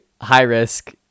high-risk